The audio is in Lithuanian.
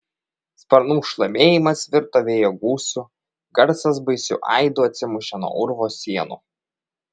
sparnų šlamėjimas virto vėjo gūsiu garsas baisiu aidu atsimušė nuo urvo sienų